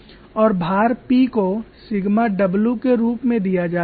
और भार P को सिग्मा w के रूप में दिया जाता है